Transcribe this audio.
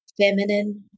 Feminine